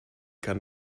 kann